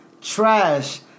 Trash